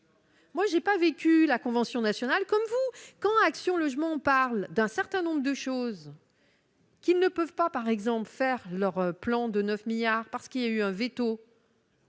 Moi j'ai pas vécu la convention nationale comme vous quand Action logement, on parle d'un certain nombre de choses. Qui ne peuvent pas par exemple faire leur plan de 9 milliards parce qu'il y a eu un véto.